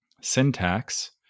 syntax